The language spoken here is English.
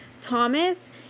Thomas